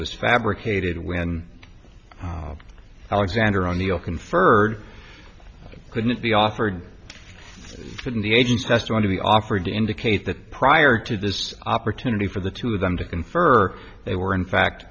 was fabricated when alexander o'neill conferred couldn't be offered couldn't the agent's testimony be offered to indicate that prior to this opportunity for the two of them to confer they were in fact